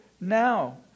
now